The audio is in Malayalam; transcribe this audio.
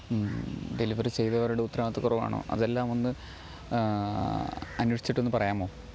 ഡെലിവറ് ചെയ്തവരുടെ ഉത്തരവാദിത്തക്കുറവാണോ അതെല്ലാം ഒന്ന് അന്വേഷിച്ചിട്ട് ഒന്ന് പറയാമോ